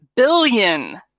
billion